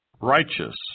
Righteous